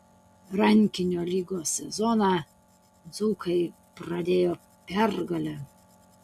rankinio lygos sezoną dzūkai pradėjo pergale